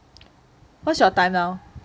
what's your time now